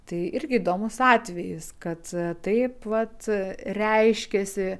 tai irgi įdomus atvejis kad taip vat reiškiasi